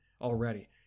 already